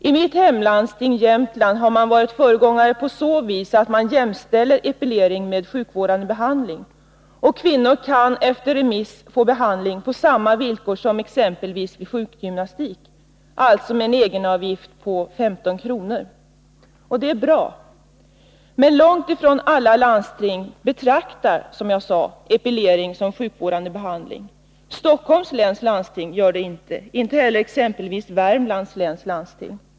I mitt hemlandsting, Jämtlands läns landsting, har man varit föregångare på så vis att man jämställer epilering med sjukvårdande behandling, och kvinnor kan efter remiss få behandling på samma villkor som för t.ex. sjukgymnastik, alltså med en egenavgift på 15 kr. Det är bra. Men långt ifrån alla landsting betraktar, som jag sade, epilering som sjukvårdande behandling. Stockholms läns landsting gör det inte, inte heller exempelvis Värmlands läns landsting.